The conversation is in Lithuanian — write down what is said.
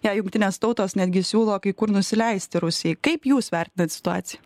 jei jungtinės tautos netgi siūlo kai kur nusileisti rusijai kaip jūs vertinat situaciją